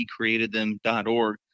hecreatedthem.org